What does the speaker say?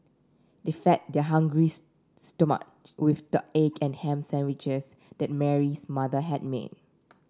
they fed their hungry stomach with the egg and ham sandwiches that Mary's mother had made